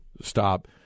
stop